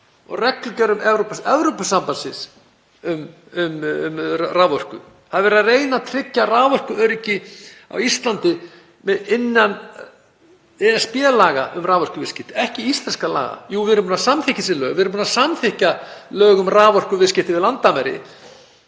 og reglugerðum Evrópusambandsins um raforku. Það er verið að reyna að tryggja raforkuöryggi á Íslandi innan ESB-laga um raforkuviðskipti, ekki íslenskra laga. Jú, við erum búin að samþykkja þessi lög. Við erum búin að samþykkja lög um raforkuviðskipti yfir landamæri,